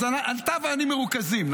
אז אתה ואני מרוכזים,